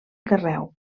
carreu